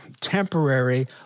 temporary